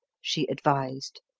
she advised.